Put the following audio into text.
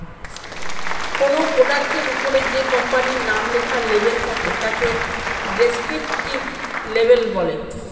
কোনো প্রোডাক্টের ওপরে যে কোম্পানির নাম লেখার লেবেল থাকে তাকে ডেস্ক্রিপটিভ লেবেল বলে